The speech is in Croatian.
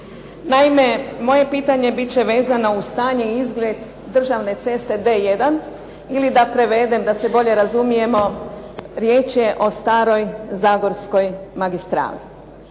Naime, moje pitanje bit će vezano uz stanje i izgled državne ceste B1 ili da prevedem da se bolje razumijemo, riječ je o staroj zagorskoj magistrali.